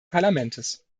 parlaments